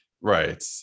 Right